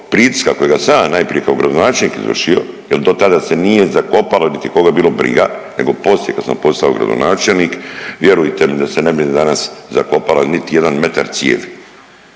pritiska kojega sam ja najprije kao gradonačelnik izvršio jel dotada se nije zakopalo, niti koga je bilo briga, nego poslije kad sam postao gradonačelnik, vjerujte mi da se ne bi ni danas zakopala niti jedan metar cijevi